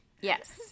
Yes